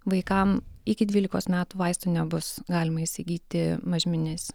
vaikam iki dvylikos metų vaistų nebus galima įsigyti mažmeninės